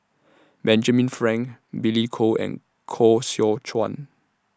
Benjamin Frank Billy Koh and Koh Seow Chuan